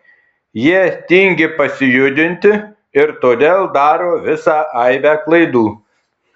jie tingi pasijudinti ir todėl daro visą aibę klaidų